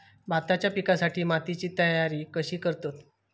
भाताच्या पिकासाठी मातीची तयारी कशी करतत?